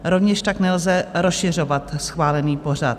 Rovněž tak nelze rozšiřovat schválený pořad.